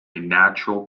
natural